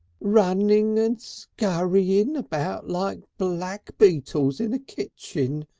runnin' and scurrying about like black beetles in a kitchin,